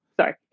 Sorry